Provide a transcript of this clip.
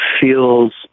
feels